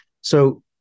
So-